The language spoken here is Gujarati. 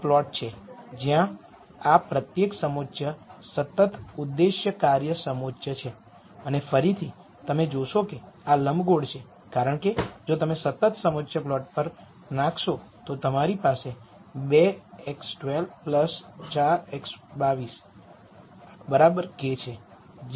આ પ્લોટ છે જ્યાં આ પ્રત્યેક સમોચ્ચ સતત ઉદ્દેશ્ય કાર્ય સમોચ્ચ છે અને ફરીથી તમે જોશો કે આ લંબગોળ છે કારણ કે જો તમે સતત સમોચ્ચ પ્લોટ પર નાખશો તો તમારી પાસે ૨ x૧૨ ૪ x૨૨ બરાબર k છે